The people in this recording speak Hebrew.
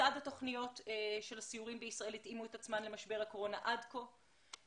כיצד התוכניות של הסיורים בישראל התאימו את עצמן למשבר הקורונה עד כה,